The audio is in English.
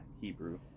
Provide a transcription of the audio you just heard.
Hebrew